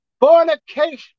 Fornication